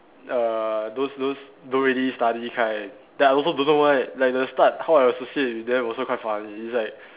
err those those don't really study kind then I also don't know why like the start how I associate with then also quite funny it's like